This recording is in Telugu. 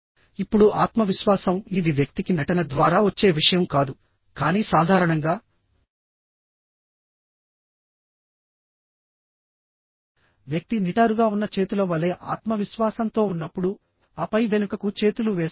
ఇప్పుడుఆత్మవిశ్వాసం ఇది వ్యక్తికి నటన ద్వారా వచ్చే విషయం కాదు కానీ సాధారణంగా వ్యక్తి నిటారుగా ఉన్న చేతుల వలె ఆత్మవిశ్వాసంతో ఉన్నప్పుడు ఆపై వెనుకకు చేతులు వేస్తాడు